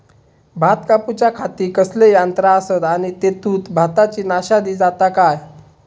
भात कापूच्या खाती कसले यांत्रा आसत आणि तेतुत भाताची नाशादी जाता काय?